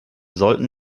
sollten